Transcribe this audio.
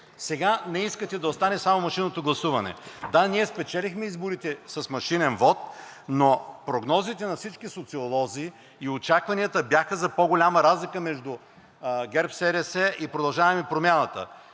сега не искате да остане само машинното гласуване? Да, ние спечелихме изборите с машинен вот, но прогнозите на всички социолози и очакванията бяха за по-голяма разлика между ГЕРБ-СДС и „Продължаваме Промяната“.